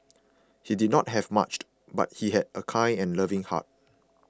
he did not have much but he had a kind and loving heart